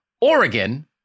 Oregon